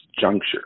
juncture